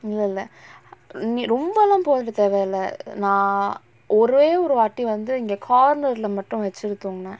இல்லல்ல நீ ரொம்பலா போட தேவல்ல நா ஒரே ஒரு வாட்டி வந்து இங்க:illalla nee rombalaa poda thevalla naa orae oru vaati vanthu inga corner leh மட்டும் வச்சிட்டு தூங்குன:mattum vachittu thoonguna